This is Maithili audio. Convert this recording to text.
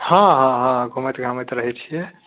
हँ हँ हँ घुमैत घामैत रहैत छियै